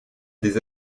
des